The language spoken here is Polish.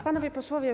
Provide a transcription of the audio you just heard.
Panowie Posłowie!